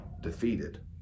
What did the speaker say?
defeated